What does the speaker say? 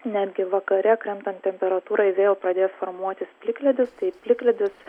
netgi vakare krentant temperatūrai vėl pradės formuotis plikledis tai plikledis